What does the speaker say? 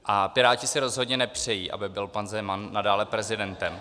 A Piráti si rozhodně nepřejí, aby byl pan Zeman nadále prezidentem.